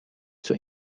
zur